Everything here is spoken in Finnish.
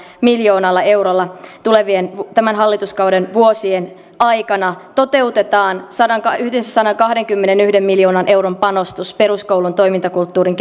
miljoonalla eurolla tulevien tämän hallituskauden vuosien aikana toteutetaan yhteensä sadankahdenkymmenenyhden miljoonan euron panostus peruskoulun toimintakulttuurin